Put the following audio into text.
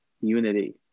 unity